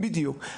בדיוק.